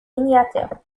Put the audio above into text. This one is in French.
miniatures